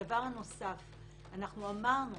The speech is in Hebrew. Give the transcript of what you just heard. דבר נוסף אנחנו אמרנו